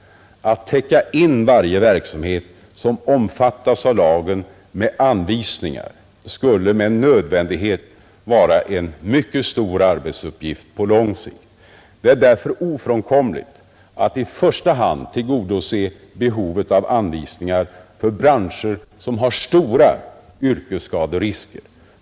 Att täcka in varje verksamhet som omfattas av lagen med anvisningar skulle med nödvändighet vara en mycket stor arbetsuppgift på lång sikt. Det är därför ofrånkomligt att i första hand tillgodose behovet av anvisningar för branscher som har stora yrkesskaderisker.